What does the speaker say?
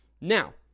Now